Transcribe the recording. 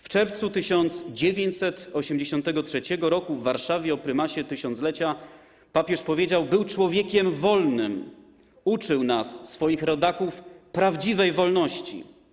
W czerwcu 1983 r. w Warszawie o Prymasie Tysiąclecia papież powiedział: Był człowiekiem wolnym, uczył nas, swoich rodaków, prawdziwej wolności.